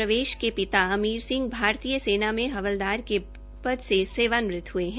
प्रवेश के पिता अमीर सिंह भारतीय सेना में हवलदार के पद से सेवानिवृत हुए हैं